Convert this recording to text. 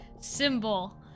Symbol